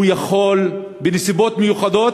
הוא יכול, בנסיבות מיוחדות,